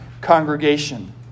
congregation